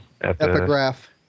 Epigraph